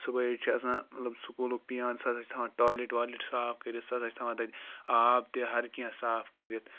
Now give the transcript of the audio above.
صُبحٲے چھِ آسان مطلب سکوٗلُک پیان سُہ ہَسا چھِ تھاوان ٹولیٹ والیٹ صاف کٔرِتھ سُہ ہَسا چھِ تھاوان تَتہِ آب تہِ ہَر کیٚنٛہہ صاف کٔرِتھ